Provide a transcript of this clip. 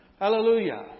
Hallelujah